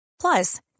Plus